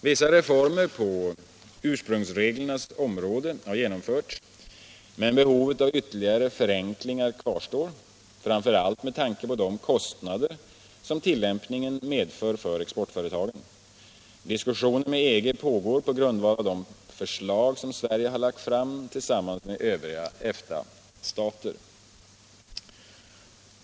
Vissa reformer på ursprungsreglernas område har genomförts, men behovet av ytterligare förenklingar kvarstår, framför allt med tanke på de kostnader som tillämpningen medför för exportföretagen. Diskussioner med EG pågår på grundval av de förslag som Sverige har lagt fram tillsammans med övriga EFTA-stater.